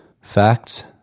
Facts